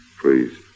Please